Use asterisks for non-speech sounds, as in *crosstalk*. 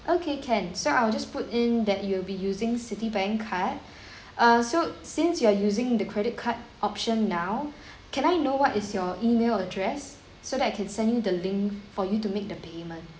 okay can so I will just put in that you'll be using citibank card *breath* uh so since you are using the credit card option now can I know what is your email address so that I can send you the link for you to make the payment